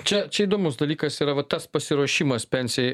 čia čia įdomus dalykas yra va tas pasiruošimas pensijai